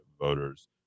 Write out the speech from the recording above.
voters